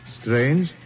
Strange